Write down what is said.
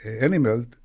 animal